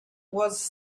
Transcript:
was